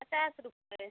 पचास रुपये